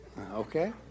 Okay